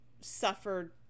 suffered